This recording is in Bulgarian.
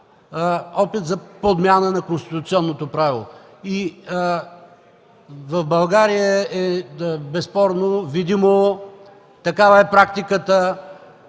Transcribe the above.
опит за подмяна на конституционното правило. В България безспорно, видимо такава е практиката.